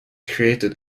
created